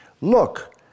Look